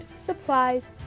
supplies